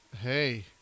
Hey